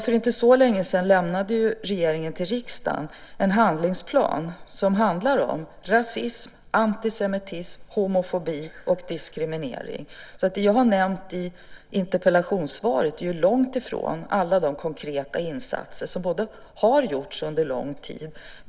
För inte så länge sedan lämnade regeringen till riksdagen en handlingsplan som handlar om rasism, antisemitism, homofobi och diskriminering. Det jag har nämnt i interpellationssvaret är ju långt ifrån alla de konkreta insatser som har gjorts under lång tid.